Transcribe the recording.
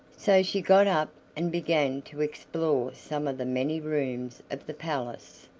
so she got up and began to explore some of the many rooms of the palace.